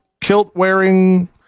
kilt-wearing